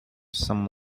some